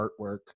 artwork